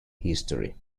history